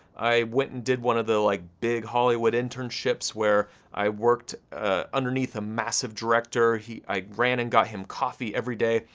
i went and did one of the like big hollywood internships, where i worked underneath a massive director, i ran and got him coffee every day,